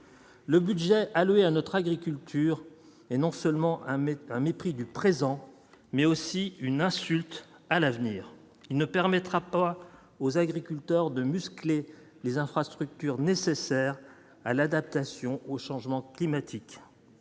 Le budget alloué à notre agriculture est non seulement un médecin, un mépris du présent, mais aussi une insulte à l'avenir il ne permettra pas aux agriculteurs de muscler les infrastructures nécessaires à l'adaptation au changement climatique